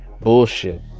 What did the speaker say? bullshit